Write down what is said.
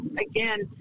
Again